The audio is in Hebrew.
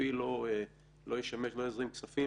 " "מסמך רשמי" תדפיס או מכתב,